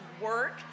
work